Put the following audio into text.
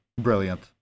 brilliant